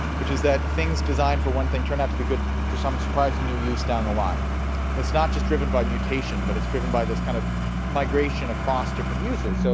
which is that things designed for one thing turn out to be good some surprising new use down the line it's not just driven by mutation, but it's driven by this kind of migration across different uses. so